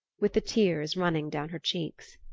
with the tears running down her cheeks.